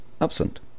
absent